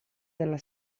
della